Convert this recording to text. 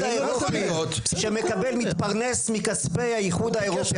האירופי שמקבל ומתפרנס מכספי האיחוד האירופי,